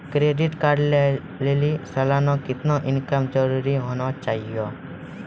Credit card लय लेली सालाना कितना इनकम जरूरी होना चहियों?